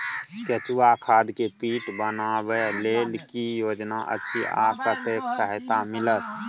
केचुआ खाद के पीट बनाबै लेल की योजना अछि आ कतेक सहायता मिलत?